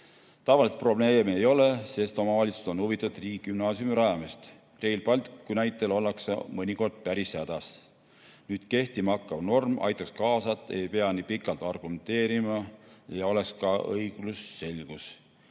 Tavaliselt probleemi ei ole, sest omavalitsused on huvitatud riigigümnaasiumi rajamisest. Rail Balticu puhul aga ollakse mõnikord päris hädas. Nüüd kehtima hakkav norm aitaks kaasa, et ei pea nii pikalt argumenteerima ja oleks ka õigusselgus.